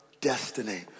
destiny